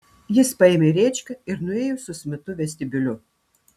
jis paėmė rėčką ir nuėjo su smitu vestibiuliu